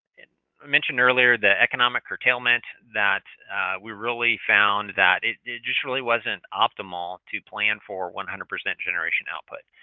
and i mentioned earlier the economic curtailment, that we really found that it just really wasn't optimal to plan for one hundred percent generation output.